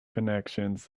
connections